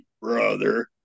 brother